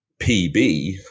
PB